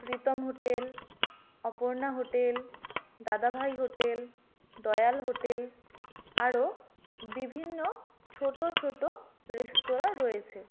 Pritam hotel Aparna hotel Dadabhai hotel Dayal hotel আরও বিভিন্ন ছোটো ছোটো রেস্তোরাঁ রয়েছে